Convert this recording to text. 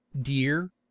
dear